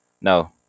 No